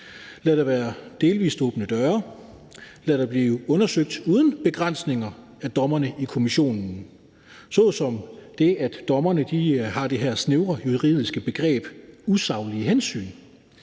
lade der være delvis åbne døre eller lade det blive undersøgt uden begrænsninger af dommerne i kommissionen, såsom at dommerne har det her snævre juridiske begreb usaglige hensyn,